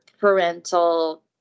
parental